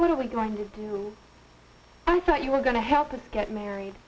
what are we going to do i thought you were going to help us get married